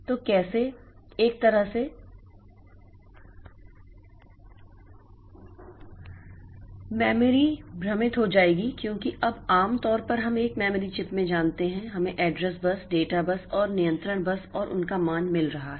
तो कैसे कैसे एक तरह से मेमोरी भ्रमित हो जाएगी क्योंकि अब आम तौर पर हम एक मेमोरी चिप में जानते हैं हमें एड्रेस बस डेटा बस और नियंत्रण बस और उन का मान मिल रहा है